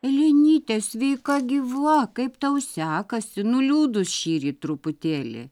elenyte sveika gyva kaip tau sekasi nuliūdus šįryt truputėlį